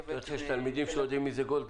הרכבת -- יש תלמידים שלא יודעים מי זאת גולדה.